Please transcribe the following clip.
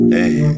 Hey